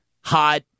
hot